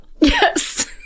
yes